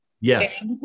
yes